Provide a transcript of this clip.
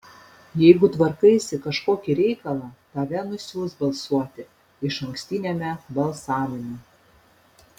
jeigu tvarkaisi kažkokį reikalą tave nusiųs balsuoti išankstiniame balsavime